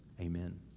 amen